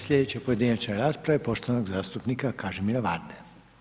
Sljedeća pojedinačna rasprava je poštovanog zastupnika Kažimira Varde.